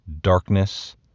darkness